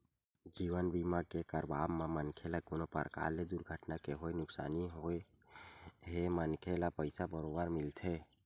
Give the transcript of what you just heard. जीवन बीमा के करवाब म मनखे ल कोनो परकार ले दुरघटना के होय नुकसानी होए हे मनखे ल पइसा बरोबर मिलथे